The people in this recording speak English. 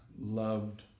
loved